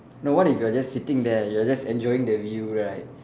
no what if you're just sitting there you are just enjoying the view right